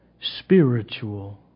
spiritual